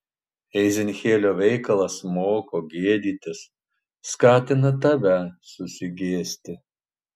ezechielio veikalas moko gėdytis skatina tave susigėsti